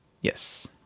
yes